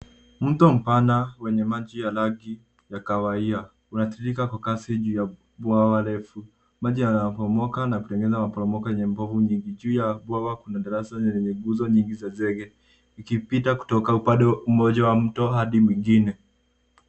Mto mpana wenye maji ya rangi ya kahawia unatiririka kwa kasi juu ya bwawa refu. Maji yanaporomoka na kutengeneza maporomoko yenye povu nyingi. Juu ya bwawa kuna daraja zenye nguzo nyingi za jege zikipita kutoka upande mmoja wa mto hadi mwingine.